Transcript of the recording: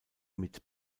mit